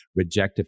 rejective